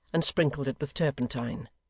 and sprinkled it with turpentine.